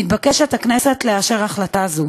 מתבקשת הכנסת לאשר החלטה זו.